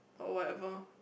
oh whatever